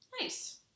nice